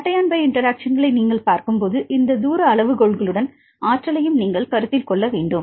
cation pi இன்டெராக்ஷன்களை நீங்கள் பார்க்கும்போது இந்த தூர அளவுகோல்களுடன் ஆற்றலையும் நீங்கள் கருத்தில் கொள்ள வேண்டும்